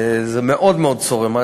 זה מאוד מאוד צורם.